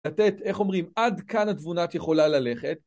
לתת, איך אומרים, עד כאן התבונת יכולה ללכת.